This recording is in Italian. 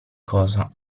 cosa